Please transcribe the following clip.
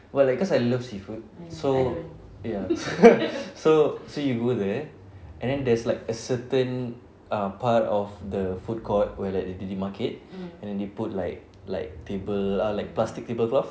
why like cause I love seafood so ya so so you go there and then there's like a certain ah part of the food court where that market and then they put like like table ah like plastic tablecloth